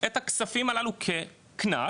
את הכספים הללו ככנס,